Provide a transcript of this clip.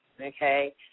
okay